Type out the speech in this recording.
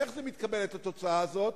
איך מתקבלת התוצאה הזאת?